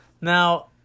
Now